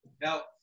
Now